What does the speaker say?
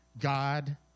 God